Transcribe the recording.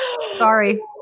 Sorry